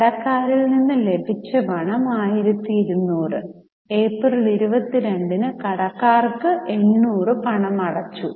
കടക്കാരിൽ നിന്ന് ലഭിച്ച പണം 1200 ഏപ്രിൽ 22 ന് കടക്കാർക്ക് 800 പണമടച്ചു